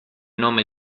nome